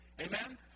Amen